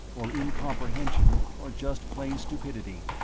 or incomprehension or just plain stupidity.